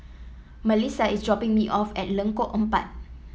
Malissa is dropping me off at Lengkok Empat